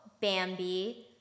Bambi